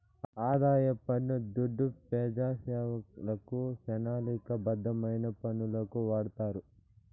ఆదాయ పన్ను దుడ్డు పెజాసేవలకు, పెనాలిక బద్ధమైన పనులకు వాడతారు